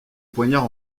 poignard